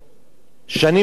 שנים חדשות,